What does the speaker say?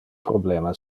problema